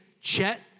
Chet